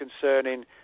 concerning